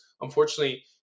unfortunately